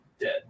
dead